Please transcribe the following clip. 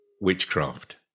witchcraft